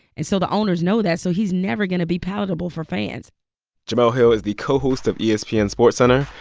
and so the owners know that. so he's never going to be palatable for fans jemele hill is the co-host of yeah espn's sportscenter.